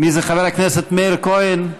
חבר הכנסת מאיר כהן,